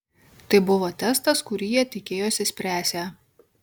tai buvo testas kurį jie tikėjosi spręsią